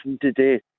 today